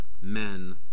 men